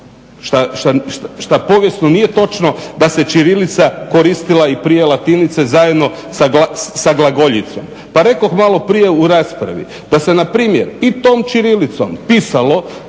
što povijesno nije točno da se ćirilica koristila i prije latinice zajedno sa glagoljicom? Pa rekoh maloprije u raspravi da se na primjer i tom ćirilicom pisalo